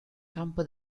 campo